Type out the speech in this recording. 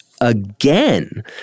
again